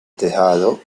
tejado